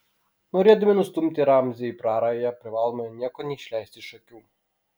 norėdami nustumti ramzį į prarają privalome nieko neišleisti iš akių